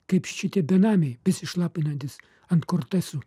kaip šitie benamiai besišlapinantys ant kortesų